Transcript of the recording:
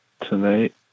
tonight